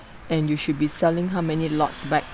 and you should be selling how many lots back